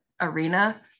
arena